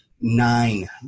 nine